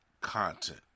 content